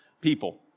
people